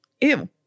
Ew